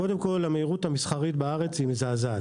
קודם המהירות המסחרית בארץ היא מזעזעת.